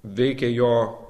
veikia jo